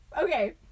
Okay